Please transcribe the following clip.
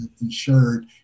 insured